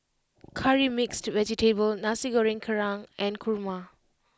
Curry Mixed Vegetable Nasi Goreng Kerang and Kurma